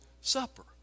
supper